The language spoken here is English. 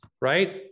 right